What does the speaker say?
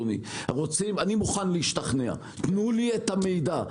אני מוכן להשתכנע תנו לי את המידע.